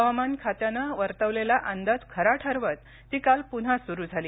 हवामान खात्यानं वर्तवलेला अंदाज खरा ठरवत ती काल पून्हा सूरू झाली